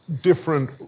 different